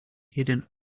hidden